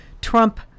Trump